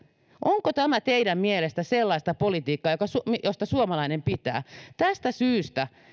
onko tämä teidän mielestänne sellaista politiikkaa josta suomalainen pitää tästä syystä